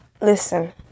Listen